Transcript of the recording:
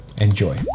Enjoy